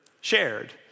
shared